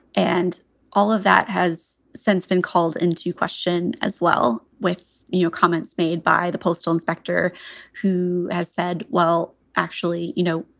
and all of that has since been called into question as well with your comments made by the postal inspector who has said, well, actually, you know,